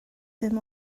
dim